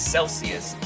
Celsius